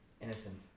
Innocent